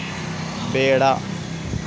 ಖಾಸಗಿ ಆ್ಯಪ್ ಮೂಲಕ ಪಾವತಿ ಮಾಡೋದು ಒಳ್ಳೆದಾ?